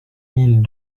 mille